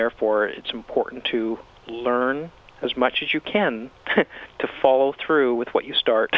therefore it's important to learn as much as you can to follow through with what you start